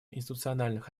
институциональных